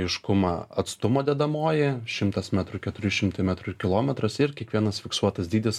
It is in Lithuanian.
aiškumą atstumo dedamoji šimtas metrų keturi šimtai metrų ir kilometras ir kiekvienas fiksuotas dydis